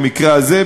במקרה הזה,